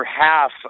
half